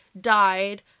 died